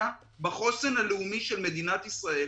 אזרח ישראלי יכול להיכנס לכל מדינה בעולם,